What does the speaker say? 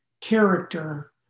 Character